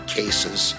cases